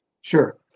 Sure